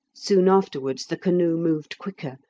soon afterwards the canoe moved quicker,